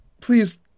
please